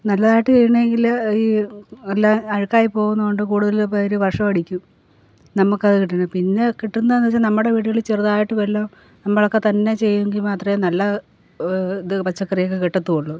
നല്ലതായിട്ട് ചെയ്യണമെങ്കിൽ ഈ എല്ലാ അഴുക്കായി പോവുന്നതുകൊണ്ട് കൂടുതൽ പേരും വിഷം അടിക്കും നമുക്കത് കിട്ടുന്നത് പിന്നെ കിട്ടുന്നത് എന്നുവെച്ചാൽ നമ്മുടെ വീടുകളിൽ ചെറുതായിട്ട് വല്ലതും നമ്മളൊക്കെ തന്നെ ചെയ്യുമെങ്കിൽ മാത്രമേ നല്ല ഇത് പച്ചക്കറിയൊക്കെ കിട്ടത്തും ഉള്ളൂ